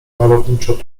malowniczo